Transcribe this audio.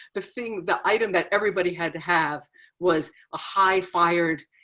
the thing the item that everybody had to have was a high fired,